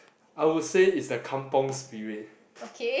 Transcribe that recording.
I would say is the kampung-spirit